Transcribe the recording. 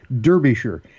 Derbyshire